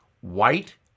white